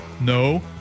no